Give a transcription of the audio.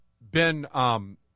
Ben